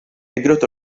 aggrottò